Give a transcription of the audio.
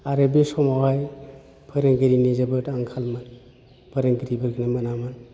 आरो बे समावहाय फोरोंगिरिनि जोबोद आंखालमोन फोरोंगिरिफोरखौनो मोनामोन